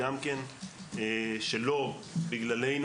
גם כן שלא בגללנו,